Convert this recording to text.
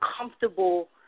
comfortable